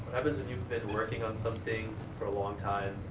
you've been working on something for a long time,